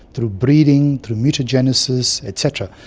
through breeding, through mutagenesis, et cetera.